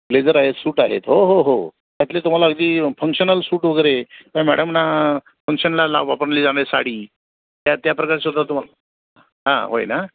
blazer आहेत suit आहेत हो हो हो त्यातले तुम्हाला अगदी फंक्शनल सूट वगैरे त्या मॅडमना फंक्शनला लाव वापरले जाणारी साडी त्या त्या प्रकारे सुद्धा तुम्हाला हां होय ना